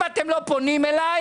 אם אתם לא פונים אלי,